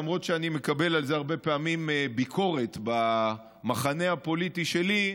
למרות שאני מקבל על זה הרבה פעמים ביקורת במחנה הפוליטי שלי,